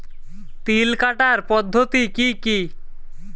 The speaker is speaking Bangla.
তিল কাটার পদ্ধতি কি কি?